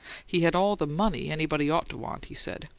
he had all the money anybody ought to want, he said,